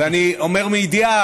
ואני אומר מידיעה.